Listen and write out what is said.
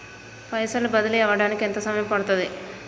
పైసలు బదిలీ అవడానికి ఎంత సమయం పడుతది?